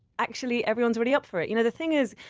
actually everyone's really up for it you know the thing is,